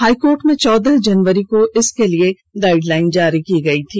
high court में चौदह जनवरी को इसके लिए गाइडलाइन जारी की गई थी